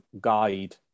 guide